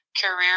career